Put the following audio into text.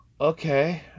okay